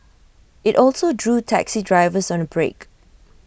IT also drew taxi drivers on A break